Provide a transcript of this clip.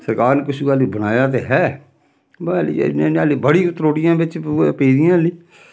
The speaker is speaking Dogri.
सरकार ने कुस हल्ली बनाया ते है बी हल्ली बड़ियां त्रोटियां बिच्च पेदियां हल्ली